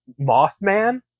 mothman